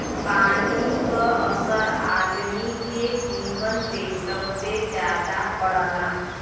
पानी क असर आदमी के जीवन पे सबसे जादा पड़ला